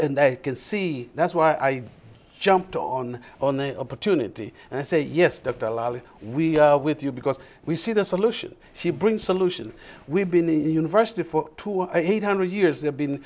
they can see that's why i jumped on on the opportunity and i say yes dr lolly we are with you because we see the solution she brings solution we've been in university for two or eight hundred years they've been